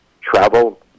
travel